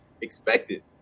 expected